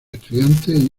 estudiantes